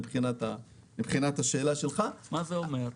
מה זה אומר?